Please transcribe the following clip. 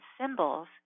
symbols